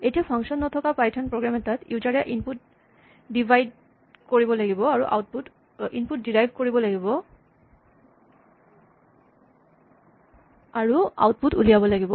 এতিয়া ফাংচন নথকা Python program এটাত ইউজাৰ এ ইনপুট ডিৰাইভ কৰিব লাগিব আৰু আউটপুট ওলিয়াব লাগিব